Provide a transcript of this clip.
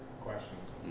questions